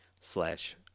slash